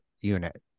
unit